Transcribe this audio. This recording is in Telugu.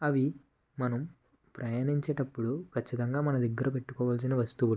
అవి మనం ప్రయాణించేటప్పుడు ఖచ్చితంగా మన దగ్గర పెట్టుకోవలసిన వస్తువులు